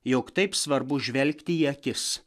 jog taip svarbu žvelgti į akis